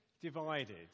divided